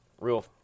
real